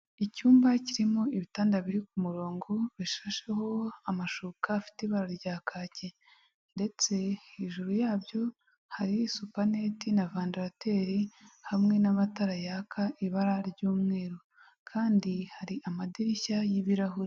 Icyumba kirimo ibitanda biri ku murongo, bishasheho amashuka afite rya kake. Ndetse hejuru yabyo hari supaneti na vandarateri hamwe n'amatara yaka ibara ry'umweru. Kandi hari amadirishya y'ibirahure.